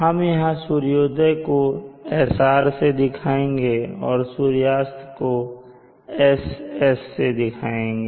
हम यहां सूर्योदय को SR से दिखाएँगे और सूर्यास्त हो SS से दिखाएँगे